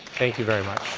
thank you very much.